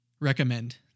recommend